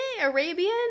arabian